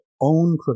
own